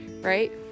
right